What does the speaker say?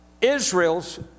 Israel's